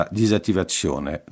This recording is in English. disattivazione